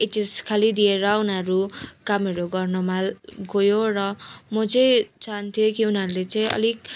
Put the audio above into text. H S खालि दिएर उनीहरू कामहरू गर्नमा गयो र म चाहिँ चाहन्थे कि उनीहरूले चाहिँ अलिक